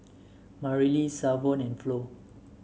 Marilee Savon and Flo